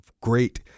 great